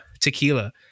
tequila